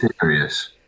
serious